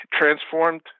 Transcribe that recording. transformed